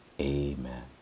Amen